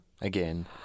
again